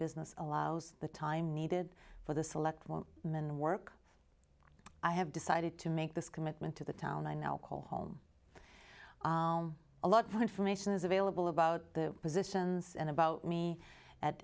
business allows the time needed for the select more men work i have decided to make this commitment to the town i now call home a lot more information is available about the positions and about me at